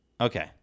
Okay